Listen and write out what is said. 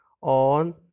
on